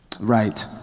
Right